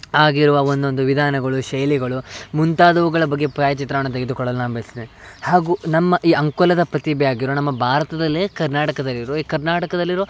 ಆಗಿರುವ ಒಂದೊಂದು ವಿಧಾನಗಳು ಶೈಲಿಗಳು ಮುಂತಾದವುಗಳ ಬಗ್ಗೆ ಪಾಯ ಚಿತ್ರಣವನ್ನು ತೆಗೆದುಕೊಳ್ಳಲು ನಾನು ಬಯಸ್ತೇನೆ ಹಾಗೂ ನಮ್ಮ ಈ ಅಂಕೋಲದ ಪ್ರತಿಭೆಯಾಗಿರುವ ನಮ್ಮ ಭಾರತದಲ್ಲೇ ಕರ್ನಾಟಕದಲ್ಲಿರುವ ಈ ಕರ್ನಾಟಕದಲ್ಲಿರುವ